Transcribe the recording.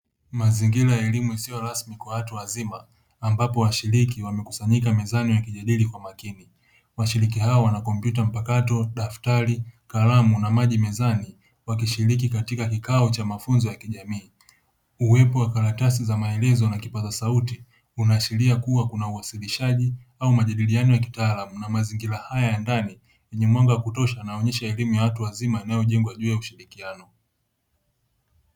Mazingira ya elimu isiyo rasmi kwa watu wazima ambapo washiriki wamekusanyika mezani wakijadili kwa makini. Washiriki hawa wana kompyuta mpakato, daftari, kalamu na maji mezani, wakishiriki katika kikao cha mafunzo ya kijamii. Uwepo wa karatasi za maelezo na kipaza sauti unaashiria kuwa kuna uwasilishaji au majadiliano ya kitaalamu na mazingira haya ya ndani yenye mwanga wa kutosha yanaonyesha elimu ya watu wazima inayojengwa juu ya ushirikiano.